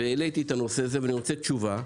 והעליתי את הנושא הזה ואני רוצה תשובה: